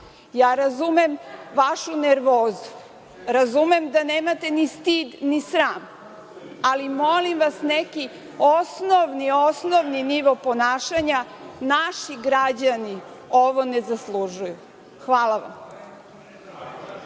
ja razumem vašu nervozu, razumem da nemate ni stid ni sram, ali molim vas neki osnovni, osnovni nivo ponašanja. Naši građani ovo ne zaslužuju. Hvala vam.